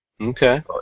Okay